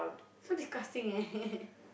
so disgusting eh